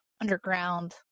underground